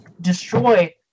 destroy